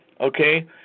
okay